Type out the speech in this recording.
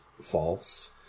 false